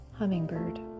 hummingbird